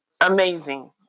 amazing